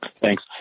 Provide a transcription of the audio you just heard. Thanks